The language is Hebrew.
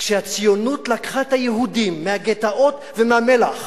כשהציונות לקחה את היהודים מהגטאות ומהמלאח,